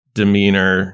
demeanor